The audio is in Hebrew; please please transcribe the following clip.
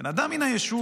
בן אדם מן היישוב,